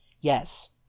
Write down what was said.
Yes